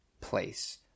place